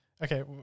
Okay